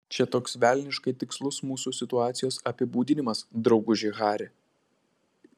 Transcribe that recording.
čia toks velniškai tikslus mūsų situacijos apibūdinimas drauguži hari